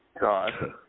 God